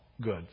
good